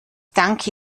danke